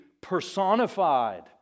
personified